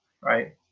right